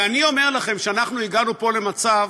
ואני אומר לכם שאנחנו הגענו פה למצב